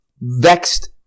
vexed